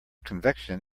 convection